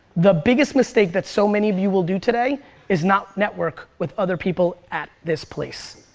the biggest mistake that so many of you will do today is not network with other people at this place.